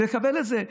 לקבל את זה.